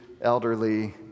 elderly